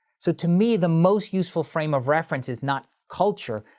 so to me, the most useful frame of reference is not culture,